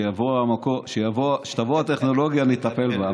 כשתבוא הטכנולוגיה נטפל בה.